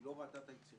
היא לא ראתה את היצירה.